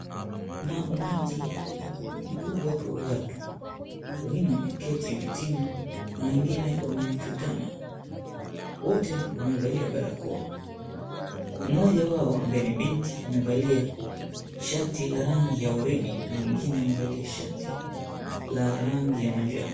Kuna umati mkubwa wa watu. Wengine wameketi vitini na wengine wamechutama, wote wamevalia barakoa. Mmoja wao ambaye ni binti amevalia shati la rangi ya waridi na mwingine amevalia shati la rangi ya manjano.